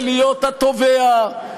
להיות התובע,